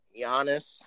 Giannis